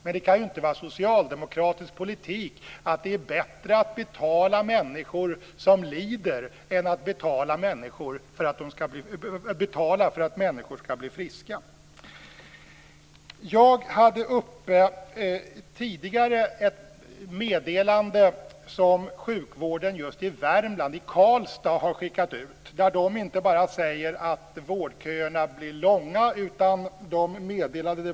Men det kan inte vara socialdemokratisk politik att det är bättre att betala för att människor lider än att betala för att människor skall bli friska. Jag tog tidigare upp ett meddelande som sjukvården i Karlstad i Värmland har skickat ut och där man inte bara säger att vårdköerna blir långa.